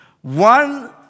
One